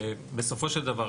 בסופו של דבר,